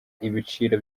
ibiciro